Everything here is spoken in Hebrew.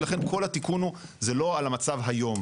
ולכן, כל התיקון הוא, זה לא על המצב היום.